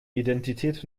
identität